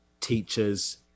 teachers